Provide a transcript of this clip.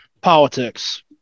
politics